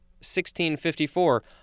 1654